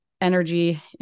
energy